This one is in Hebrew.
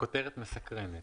הכותרת מסקרנת,